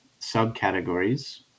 subcategories